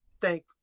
thank